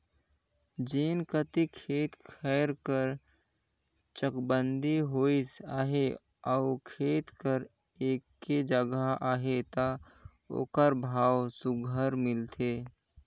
जेन कती खेत खाएर कर चकबंदी होइस अहे अउ खेत हर एके जगहा अहे ता ओकर भाव सुग्घर मिलथे